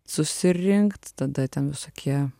susirinkt tada ten visokie